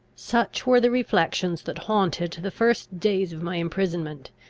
such were the reflections that haunted the first days of my imprisonment,